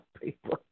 people